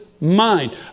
mind